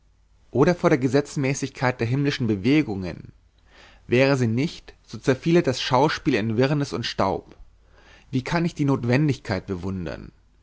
oder vor der gesetzmäßigkeit der himmlischen bewegungen wäre sie nicht so zerfiele das schauspiel in wirrnis und staub wie kann ich die notwendigkeit bewundern